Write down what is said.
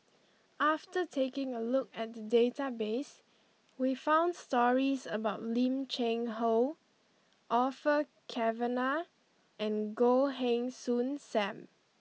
after taking a look at the database we found stories about Lim Cheng Hoe Orfeur Cavenagh and Goh Heng Soon Sam